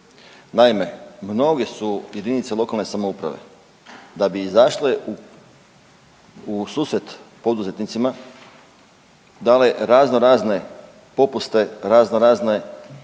Naime, mnoge su jedinice lokalne samouprave da bi izašle u susret poduzetnicima dale raznorazne popuste, raznorazne da